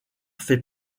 fait